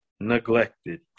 neglected